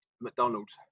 McDonald's